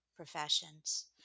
professions